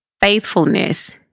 Faithfulness